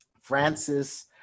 Francis